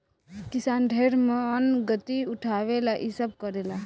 किसान ढेर मानगती उठावे ला इ सब करेले